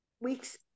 weeks